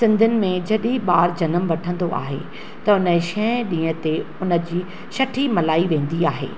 सिंधीयुनि में जॾहिं ॿार जनमु वठंदो आहे त उनजे छह ॾींहुं ते हुन जी छठी मल्हाई वेंदी आहे